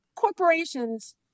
Corporations